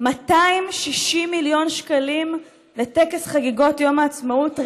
260 מיליון שקלים לטקס חגיגות יום העצמאות,